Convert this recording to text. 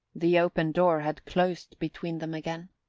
the open door had closed between them again.